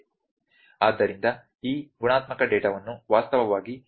ಆದ್ದರಿಂದ ಈ ಗುಣಾತ್ಮಕ ಡೇಟಾವನ್ನು ವಾಸ್ತವವಾಗಿ ಆರಂಭಿಕ ತಿಳುವಳಿಕೆಗಾಗಿ ಬಳಸಲಾಗುತ್ತದೆ